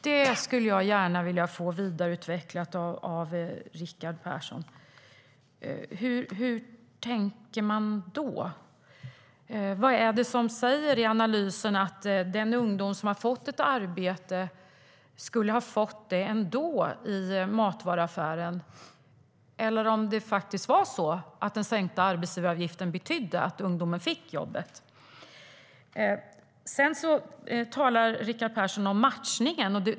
Det skulle jag gärna vilja få vidareutvecklat av Rickard Persson. Hur tänker man då? Vad är det som säger i analysen att den ungdom som har fått ett arbete skulle ha fått det ändå i matvaruaffären? Eller var det faktiskt så att den sänkta arbetsgivaravgiften betydde att ungdomen fick jobbet? Sedan talar Rickard Persson om matchningen.